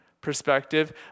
perspective